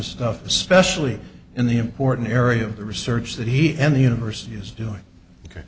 stuff especially in the important area of the research that he and the university is doing ok